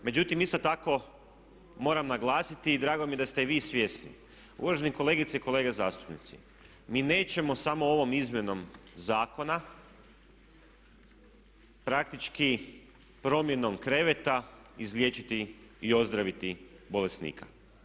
Međutim, isto tako moram naglasiti i drago mi je da ste i vi svjesni uvaženi kolegice i kolege zastupnici mi nećemo samo ovom izmjenom zakona praktički promjenom kreveta izliječiti i ozdraviti bolesnika.